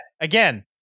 again